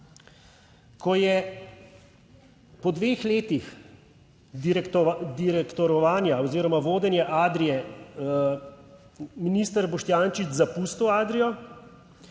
Ko je po dveh letih direktorovanja oziroma vodenja Adrie minister Boštjančič zapustil Adrio,